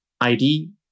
ID